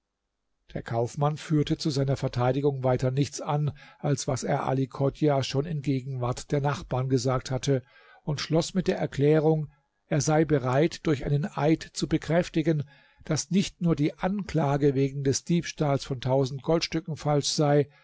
der kaufmann führte zu seiner verteidigung weiter nichts an als was er ali chodjah schon in gegenwart der nachbarn gesagt hatte und schloß mit der erklärung er sei bereit durch einen eid zu bekräftigen daß nicht nur die anklage wegen des diebstahls von tausend goldstücken falsch sei